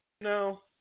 No